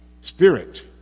Spirit